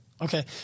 Okay